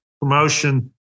promotion